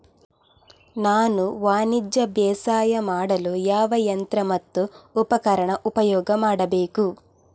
ನಾನು ವಾಣಿಜ್ಯ ಬೇಸಾಯ ಮಾಡಲು ಯಾವ ಯಂತ್ರ ಮತ್ತು ಉಪಕರಣ ಉಪಯೋಗ ಮಾಡಬೇಕು?